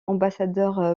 ambassadeur